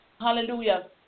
Hallelujah